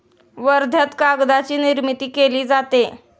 वर्ध्यात कागदाची निर्मिती केली जाते